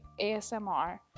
ASMR